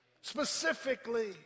Specifically